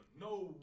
No